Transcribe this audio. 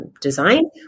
design